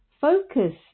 focus